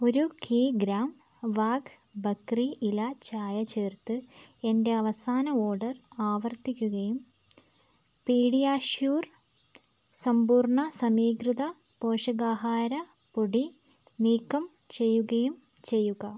ഒരു കീഗ്രാം വാഗ് ബക്രി ഇല ചായ ചേർത്ത് എന്റെ അവസാന ഓർഡർ ആവർത്തിക്കുകയും പീഡിയാഷ്യൂർ സമ്പൂർണ്ണ സമീകൃത പോഷകാഹാര പൊടി നീക്കം ചെയ്യുകയും ചെയ്യുക